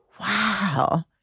wow